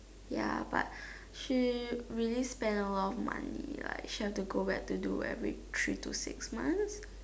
ya but she really spend a lot of money like she have to go back to do every three to six months